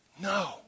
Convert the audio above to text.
No